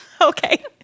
Okay